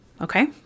okay